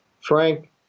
Frank